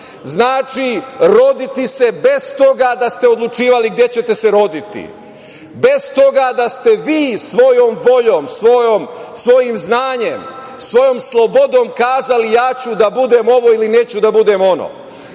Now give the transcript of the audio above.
znači roditi se bez toga da ste odlučivali gde ćete se roditi, bez toga da ste vi svojom voljom, svojim znanjem, svojom slobodom kazali ja ću da budem ovo ili neću da budem ono.